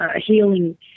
healing